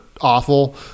awful